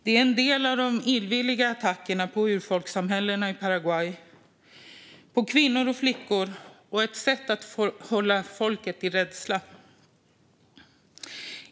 Det är en del i de illvilliga attackerna på urfolkssamhällena i Paraguay, på kvinnor och flickor, och ett sätt att hålla folket i rädsla.